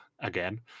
again